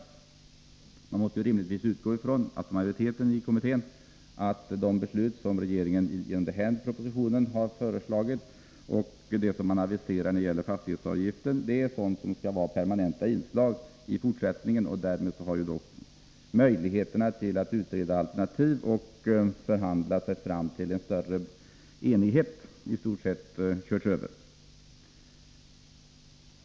Majoriteten i kommittén måste ju rimligtvis utgå från att de åtgärder som regeringen har föreslagit i propositionen och de som aviseras när det gäller fastighetsavgiften är sådant som skall utgöra permanenta inslag i fortsättningen. Därmed har möjligheten att utreda alternativ och förhandla sig fram till en större enighet i stort sett körts över.